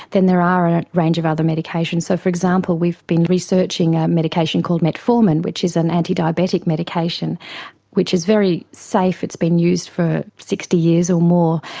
then there are and a range of other medications. so for example we have been researching a medication called metformin, which is an anti-diabetic medication which is very safe, it's been used for sixty years or more,